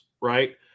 right